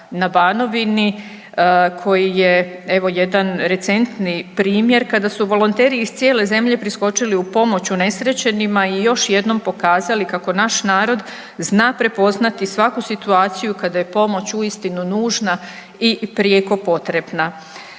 na Banovini koji je evo jedan recentni primjer kada su volonteri iz cijele zemlje priskočili u pomoć unesrećenima i još jednom pokazali kako naš narod zna prepoznati svaku situaciju kada je pomoć uistinu nužna i prijeko potrebna.